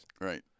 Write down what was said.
Right